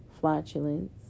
flatulence